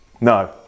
No